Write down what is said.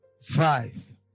five